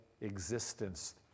existence